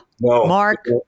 Mark